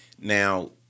Now